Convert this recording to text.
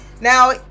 now